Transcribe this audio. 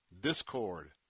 discord